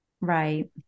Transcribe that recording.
Right